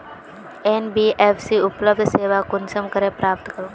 NBFC उपलब्ध सेवा कुंसम करे प्राप्त करूम?